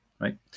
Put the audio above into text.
right